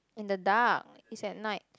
in the dark it's at night